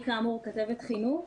אני כאמור כתבת חינוך.